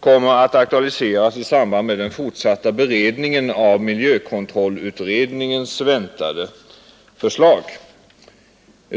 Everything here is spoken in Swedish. kommer att aktualiseras i samband med den fortsatta beredningen av miljökontrollutredningens väntade förslag.